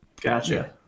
gotcha